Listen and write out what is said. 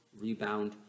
rebound